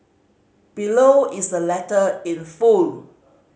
below is the letter in full